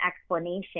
explanation